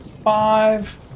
Five